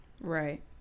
Right